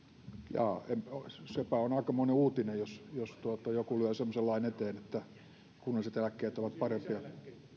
jaa sepä on aikamoinen uutinen jos jos joku lyö semmoisen lain eteen että kunnalliset eläkkeet ovat parempia